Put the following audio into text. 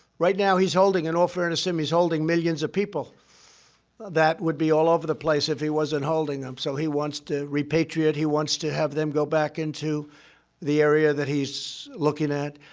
right now, he's holding in all fairness to him, he's holding millions of people that would be all over the place if he wasn't holding them. so he wants to repatriate, he wants to have them go back into the area that he's looking at.